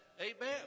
Amen